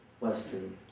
Western